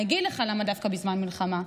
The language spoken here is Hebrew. אני אגיד לך למה דווקא בזמן מלחמה,